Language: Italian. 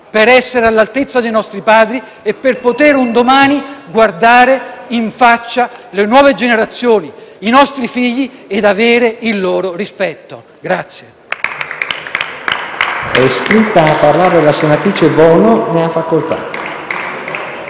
per essere all'altezza dei nostri padri e per potere un domani guardare in faccia le nuove generazioni, i nostri figli, e avere il loro rispetto.